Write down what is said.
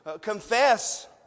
confess